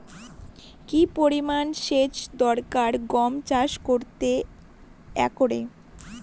কি পরিমান সেচ দরকার গম চাষ করতে একরে?